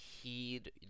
heed